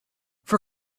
for